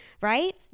right